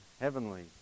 heavenly